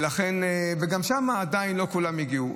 וגם שם עדיין לא כולם הגיעו.